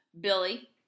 Billy